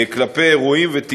דקה.